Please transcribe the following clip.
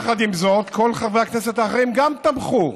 עם זאת, כל חברי הכנסת האחרים גם תמכו.